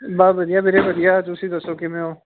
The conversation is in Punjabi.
ਬਸ ਵਧੀਆ ਵੀਰੇ ਵਧੀਆ ਤੁਸੀਂ ਦੱਸੋ ਕਿਵੇਂ ਹੋ